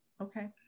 Okay